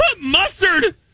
mustard